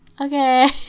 okay